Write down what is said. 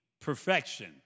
perfection